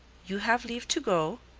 you have leave to go.